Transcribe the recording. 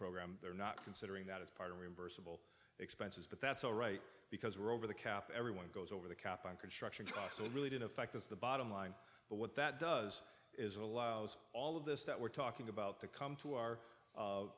program they're not considering that as part of reimbursable expenses but that's all right because we're over the cap everyone goes over the cap on construction so it really did affect us the bottom line but what that does is allows all of this that we're talking about to come to our